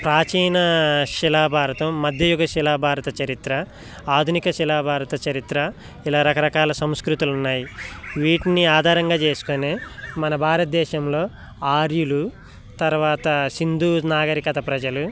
ప్రాచీన శిలాభారతం మధ్యయుగ శిలాభారత చరిత్ర ఆధునిక శిలాభారత చరిత్ర ఇలా రకరకాల సంస్కృతులున్నాయి వీటిని ఆధారంగా చేసుకునే మన భారతదేశంలో ఆర్యులు తర్వాత సింధూ నాగరికత ప్రజలు